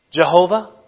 Jehovah